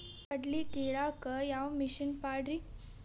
ಕಡ್ಲಿ ಕೇಳಾಕ ಯಾವ ಮಿಷನ್ ಪಾಡ್ರಿ?